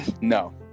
No